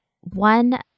one